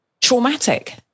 traumatic